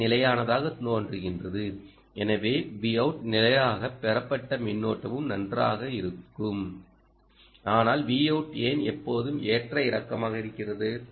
Vi நிலையானதாக தோன்றுகிறது எனவே Vout நிலையாக பெறப்பட்ட் மின்னோட்டமும் நன்றாக இருக்கிறது ஆனால் Vout ஏன் எப்போதும் ஏற்ற இறக்கமாக இருக்கிறது